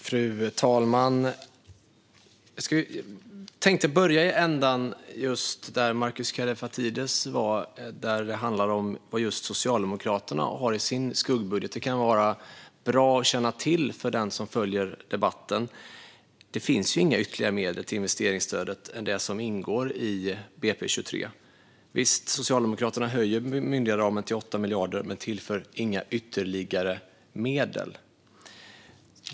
Fru talman! Markus Kallifatides nämner Socialdemokraternas skuggbudget. Det kan vara bra att känna till vad som finns där för den som följer debatten. Där finns inga ytterligare medel till investeringsstödet än det som ingår i budgetpropositionen för 2023. Visst, Socialdemokraterna höjer bemyndiganderamen till 8 miljarder men tillför inga ytterligare medel.